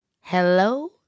Hello